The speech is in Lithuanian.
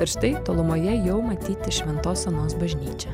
ir štai tolumoje jau matyti šventos onos bažnyčia